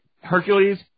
Hercules